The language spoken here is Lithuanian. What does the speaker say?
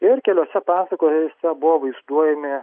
ir keliose pasakose buvo vaizduojami